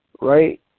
right